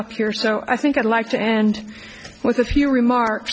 up here so i think i'd like to end with a few remarks